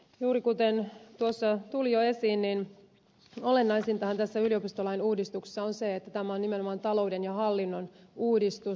juuri kuten tuossa tuli jo esiin olennaisintahan tässä yliopistolain uudistuksessa on se että tämä on nimenomaan talouden ja hallinnon uudistus